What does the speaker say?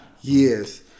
Yes